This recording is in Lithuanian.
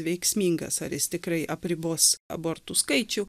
veiksmingas ar jis tikrai apribos abortų skaičių